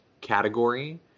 category